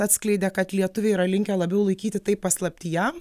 atskleidė kad lietuviai yra linkę labiau laikyti tai paslaptyje